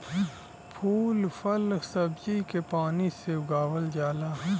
फूल फल सब्जी के पानी से उगावल जाला